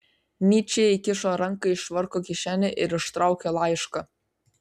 nyčė įkišo ranką į švarko kišenę ir ištraukė laišką